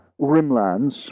rimlands